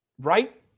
Right